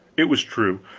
it was true,